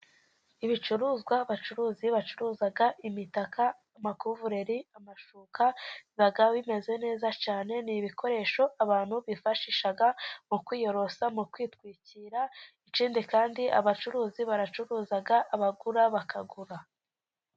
Ibicuruzwa abacuruzi bacuruza imitaka, amakuvuleri, amashuka biba bimeze neza cyane. Ni ibikoresho abantu bifashisha mu kwiyorosa, mu kwitwikira ikindi kandi abacuruzi baracuruza, abagura bakagura.